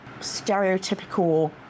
stereotypical